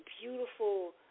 beautiful